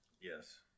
Yes